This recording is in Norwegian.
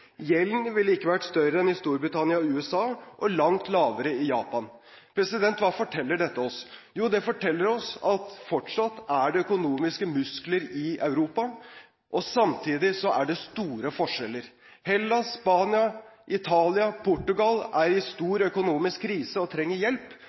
Gjelden ville ikke vært større enn i Storbritannia og USA, og langt lavere enn i Japan. Hva forteller dette oss? Jo, det forteller oss at fortsatt er det økonomiske muskler i Europa, og samtidig er det store forskjeller. Hellas, Spania, Italia og Portugal er i